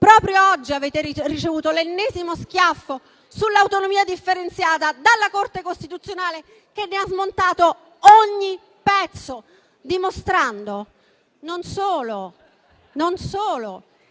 Proprio oggi avete ricevuto l'ennesimo schiaffo sull'autonomia differenziata dalla Corte costituzionale, che ne ha smontato ogni pezzo, dimostrando non solo che le